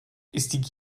ist